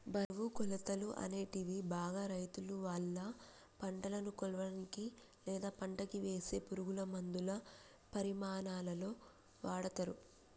బరువు, కొలతలు, అనేటివి బాగా రైతులువాళ్ళ పంటను కొలవనీకి, లేదా పంటకివేసే పురుగులమందుల పరిమాణాలలో వాడతరు